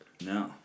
no